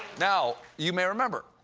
now, you may remember,